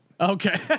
Okay